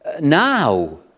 now